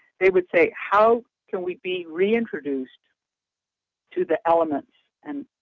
they would say, how can we be re-introduced to the elements? and,